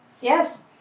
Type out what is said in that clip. Yes